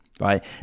right